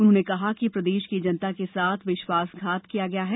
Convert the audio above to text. उन्होंने कहा कि प्रदेश की जनता के साथ विश्वासघात किया गया है